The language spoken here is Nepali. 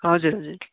हजुर हजुर